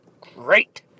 great